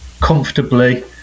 comfortably